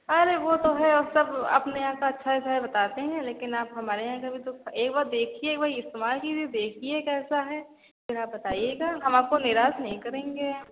अरे वह तो है अब सब अपने यहाँ का अच्छा अच्छा बताते हैं लेकिन हमारे यहाँ का भी तो एक बार देखिए एक बार इस्तेमाल कीजिए देखिए कैसा है फिर आप बताइएगा हम आपको निराश नहीं करेंगे